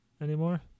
anymore